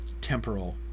temporal